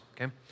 okay